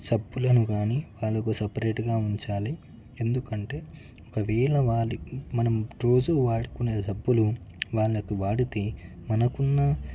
సబ్బులను కానీ వాళ్ళకి సెపరేటుగా ఉంచాలి ఎందుకంటే ఒకవేళ వాళ్ళకి మనం రోజు వాడుకునే సబ్బులు వాళ్ళకి వాడితే మనకున్న